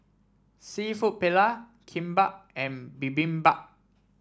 seafood Paella Kimbap and Bibimbap